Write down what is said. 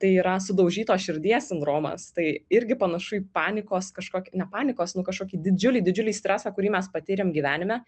tai yra sudaužytos širdies sindromas tai irgi panašu į panikos kažkokį ne panikos nu kažkokį didžiulį didžiulį stresą kurį mes patyrėm gyvenime